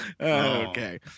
okay